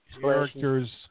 characters